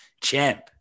champ